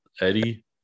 Eddie